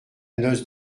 noce